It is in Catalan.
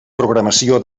programació